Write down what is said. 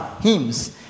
Hymns